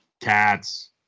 Cats